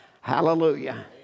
Hallelujah